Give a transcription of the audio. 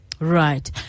right